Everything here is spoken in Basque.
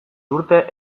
urte